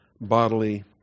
bodily